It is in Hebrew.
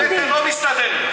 בבטן לא מסתדר לי.